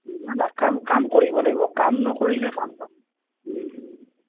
নহয় নহয় কাম কাম কৰিব লাগিব কাম নকৰিলে কাম নহয়